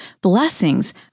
blessings